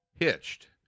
Hitched